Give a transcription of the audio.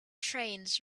trains